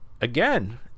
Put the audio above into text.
again